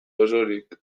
osorik